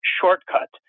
shortcut